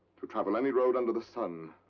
to travel any road under the sun.